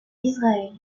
israël